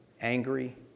angry